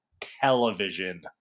television